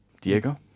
Diego